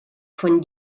von